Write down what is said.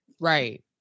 right